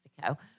Mexico